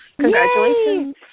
Congratulations